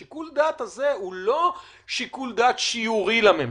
שיקול הדעת הזה הוא לא שיקול דעת שיורי לממשלה,